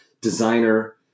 designer